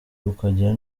ukagira